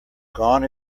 gone